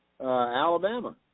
Alabama